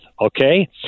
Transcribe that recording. Okay